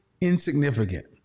insignificant